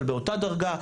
אבל באותה דרגה,